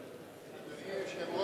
בבקשה.